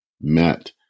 met